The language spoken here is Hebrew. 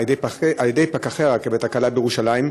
על-ידי פקחי הרכבת הקלה בירושלים,